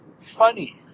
funny